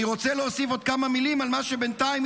אני רוצה להוסיף עוד כמה מילים על מה שבינתיים